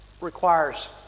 requires